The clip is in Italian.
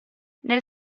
nel